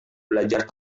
belajar